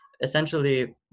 essentially